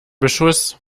beschuss